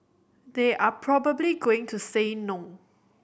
they are probably going to say no